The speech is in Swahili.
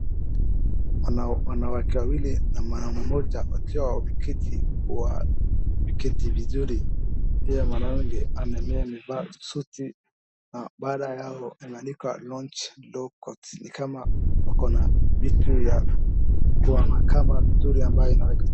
Wanawake wawili wameketi vizuri na mwanaume ambaye amevaa suti.